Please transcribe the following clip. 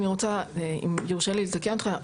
אני רוצה, אם יורשה לי, לתקן אותך.